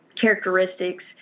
characteristics